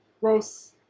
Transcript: gross